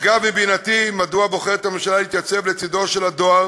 נשגב מבינתי מדוע בוחרת הממשלה להתייצב לצדו של הדואר